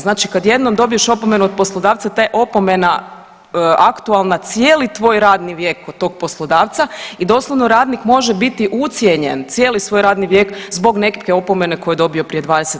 Znači kad jednom dobiješ opomenu od poslodavca ta je opomena aktualna cijeli tvoj radni vijek kod tog poslodavca i doslovno radnih može biti ucijenjen cijeli svoj radni vijek zbog nekakve opomene koju je dobio prije 20